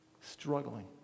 struggling